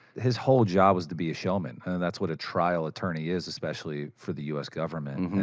his whole job was to be a showman. and that's what a trial attorney is, especially for the us government.